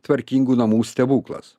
tvarkingų namų stebuklas